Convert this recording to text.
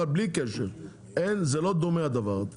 אבל בלי קשר זה לא דומה הדבר הזה.